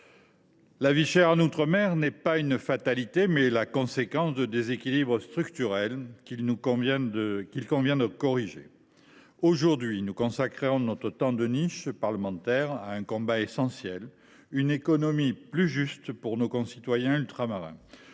la vie chère en outre mer est non pas une fatalité, mais la conséquence de déséquilibres structurels qu’il nous revient de corriger. Aujourd’hui, nous consacrons le temps de la niche parlementaire du groupe socialiste à un enjeu essentiel : une économie plus juste pour nos concitoyens ultramarins.